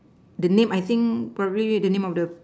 the name I think probably the name of the